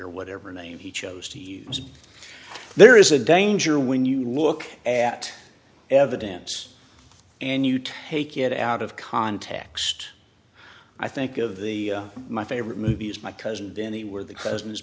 leader whatever name he chose to use there is a danger when you look at evidence and you take it out of context i think of the my favorite movie is my cousin danny where the cousin